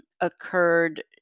occurred